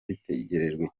bitegerejwe